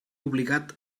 obligat